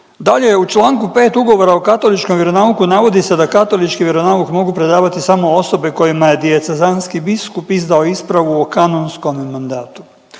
Dalje, u čl. 5. ugovora o katoličkom vjeronauku navodi se da katolički vjeronauk mogu predavati samo osobe kojima je dijecezanski biskup izdao ispravu o kanonskom mandatu.